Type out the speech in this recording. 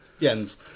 Jens